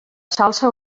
salsa